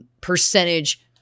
percentage